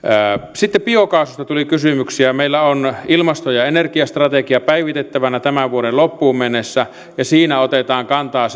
sitten biokaasusta tuli kysymyksiä meillä on ilmasto ja energiastrategia päivitettävänä tämän vuoden loppuun mennessä ja siinä otetaan kantaa